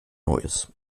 neues